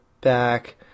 back